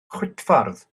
chwitffordd